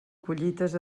collites